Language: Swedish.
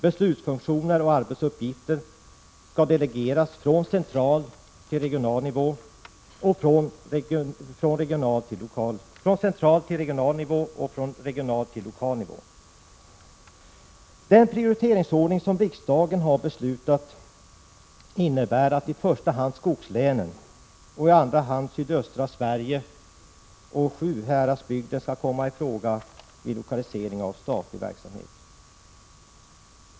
Beslutsfunktioner och arbetsuppgifter skall delegeras från central till regional nivå och från regional till lokal nivå. Den prioriteringsordning som riksdagen har beslutat innebär att i första hand skogslänen och i andra hand sydöstra Sverige och Sjuhäradsbygden skall komma i fråga vid lokalisering av statlig verksamhet.